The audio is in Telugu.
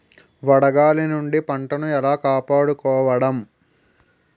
వడగాలి నుండి పంటను ఏలా కాపాడుకోవడం?